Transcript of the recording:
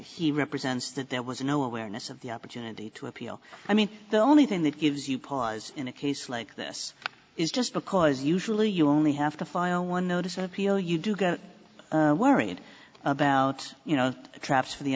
he represents that there was no awareness of the opportunity to appeal i mean the only thing that gives you pause in a case like this is just because usually you only have to file one notice of appeal you do get worried about you know traps for the